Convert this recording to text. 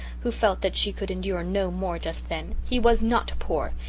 who felt that she could endure no more just then. he was not poor.